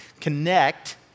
connect